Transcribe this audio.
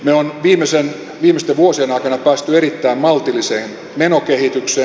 me olemme viimeisten vuosien aikana päässeet erittäin maltilliseen menokehitykseen